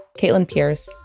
caitlin peirce,